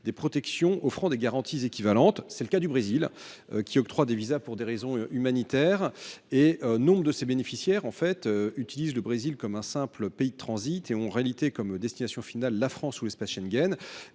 des protections offrant des garanties équivalentes, à l’instar du Brésil, qui octroie des visas pour des raisons humanitaires. Nombre de ces bénéficiaires utilisent le Brésil comme un simple pays de transit et ont pour destination réelle la France ou l’espace Schengen.